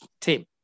team